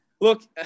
look